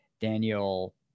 Daniel